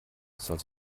soll